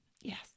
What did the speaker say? yes